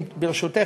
ברשותך,